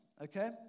Okay